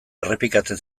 errepikatzen